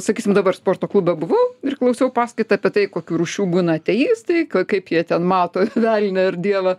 sakysim dabar sporto klube buvau ir klausiau paskaitą apie tai kokių rūšių būna ateistai kaip jie ten mato velnią ir dievą